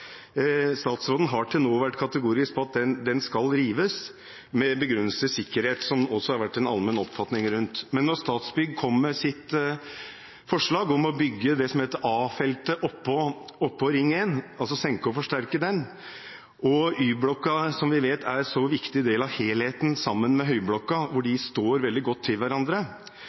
Statsråden har til nå vært kategorisk på at den skal rives, med begrunnelse i sikkerhet, noe som også har vært den allmenne oppfatningen. Statsbygg kom med sitt forslag om å bygge det som heter A-feltet, oppå Ring 1 – altså senke og forsterke den – og Y-blokka er, som vi vet, sammen med Høyblokka en viktig del av helheten,